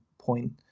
point